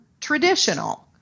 traditional